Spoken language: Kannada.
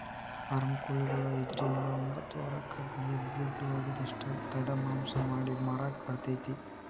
ಫಾರಂ ಕೊಳಿಗಳು ಐದ್ರಿಂದ ಒಂಬತ್ತ ವಾರಕ್ಕ ಬೆಳಿದ ದೊಡ್ಡು ಆಗುದಷ್ಟ ತಡ ಮಾಂಸ ಮಾಡಿ ಮಾರಾಕ ಬರತೇತಿ